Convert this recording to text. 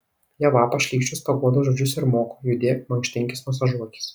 jie vapa šleikščius paguodos žodžius ir moko judėk mankštinkis masažuokis